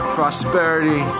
prosperity